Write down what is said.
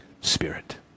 spirit